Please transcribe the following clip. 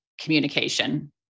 communication